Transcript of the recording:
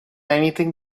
anything